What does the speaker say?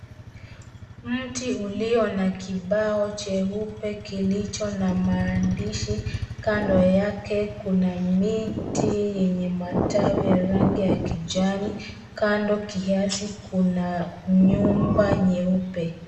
Mti ulio na kibao cheupe kilicho na maandishi kando yake kuna miti yenye matawi ya rangi ya kijani, kando kiasi kuna nyumba nyeupe.